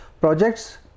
Projects